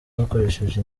bakoresheje